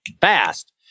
fast